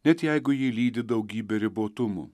net jeigu jį lydi daugybė ribotumų